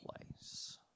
place